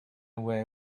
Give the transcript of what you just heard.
away